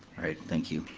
alright, thank you.